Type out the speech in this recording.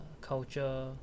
culture